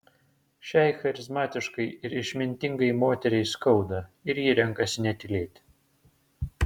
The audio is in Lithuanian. šiai charizmatiškai ir išmintingai moteriai skauda ir ji renkasi netylėti